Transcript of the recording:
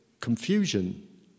confusion